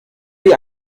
die